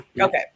Okay